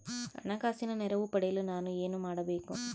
ಹಣಕಾಸಿನ ನೆರವು ಪಡೆಯಲು ನಾನು ಏನು ಮಾಡಬೇಕು?